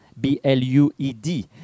B-L-U-E-D